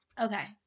okay